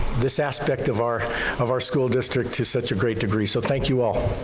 this aspect of our of our school district to such a great degree, so thank you all.